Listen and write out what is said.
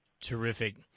Terrific